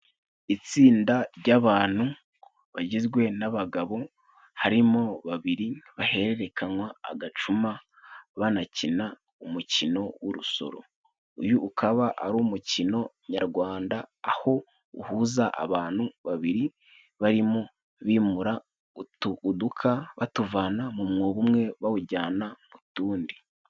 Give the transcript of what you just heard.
Itsinda ry'abantu bagizwe n'abagabo harimo babiri bahererekanwa agacuma, banakina umukino w'urusoro, uyu ukaba ari umukino nyarwanda aho uhuza abantu babiri barimo bimura uduka batuvana mu mwobo umwe batujyana mu wundi.